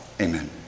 Amen